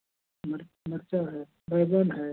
मर मिर्च है बैंगन है